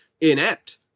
inept